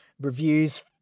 reviews